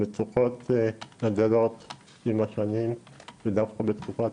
המצוקות גדלות עם השנים ודווקא בתקופת